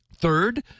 Third